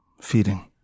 feeding